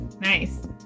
nice